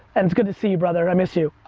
and it's good to see you, brother, i miss you. ah,